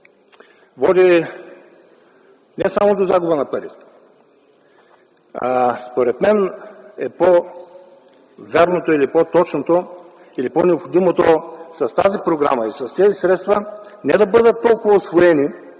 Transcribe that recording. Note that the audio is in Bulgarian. води не само до загуба на пари. Според мен по-вярното, по-точното или по-необходимото е с тази програма, с тези средства, не да бъдат толкова усвоени,